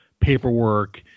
paperwork